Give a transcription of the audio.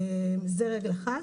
זאת רגל אחת.